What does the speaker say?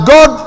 God